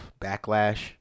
backlash